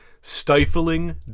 stifling